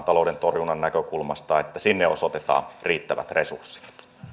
talouden torjunnan näkökulmasta että sinne osoitetaan riittävät resurssit